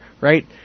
right